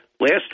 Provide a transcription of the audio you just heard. Last